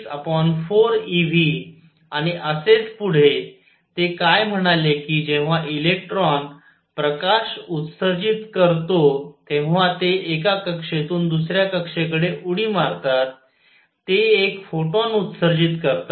64 eV आणि असेच पुढे ते काय म्हणाले की जेव्हा इलेक्ट्रॉन प्रकाश उत्सर्जित करतो तेव्हा ते एका कक्षेतून दुसऱ्या कक्षेकडे उडी मारतात ते एक फोटॉन उत्सर्जित करतात